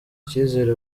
icyizere